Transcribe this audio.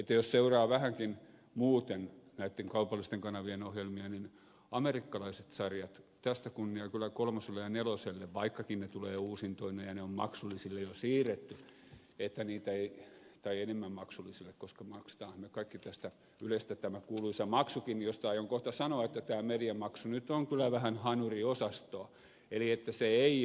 jos seuraa vähänkin muuten näitten kaupallisten kanavien ohjelmia niin amerikkalaisista sarjoista kunnia kyllä kolmoselle ja neloselle vaikkakin ne tulevat uusintoina ja ne on maksullisille jo siirretty tai enemmän maksullisille koska maksetaanhan me kaikki tästä ylestä tämä kuuluisa maksukin josta aion kohta sanoa että tämä mediamaksu nyt on kyllä vähän hanuriosastoa eli että se ei ole sen kaltainen maksu